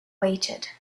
waited